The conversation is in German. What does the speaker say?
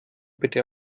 bitte